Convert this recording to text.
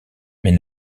mais